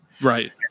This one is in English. right